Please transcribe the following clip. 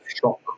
shock